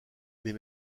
les